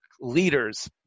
Leaders